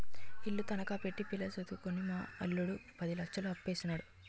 ఇల్లు తనఖా పెట్టి పిల్ల సదువుకని మా అల్లుడు పది లచ్చలు అప్పుసేసాడు